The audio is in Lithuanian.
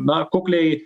na kukliai